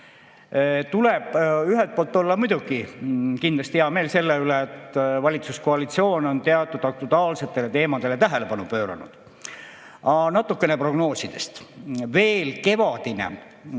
on ühelt poolt muidugi hea meel selle üle, et valitsuskoalitsioon on teatud aktuaalsetele teemadele tähelepanu pööranud. Aga natukene prognoosidest. [Meil oli] kevadine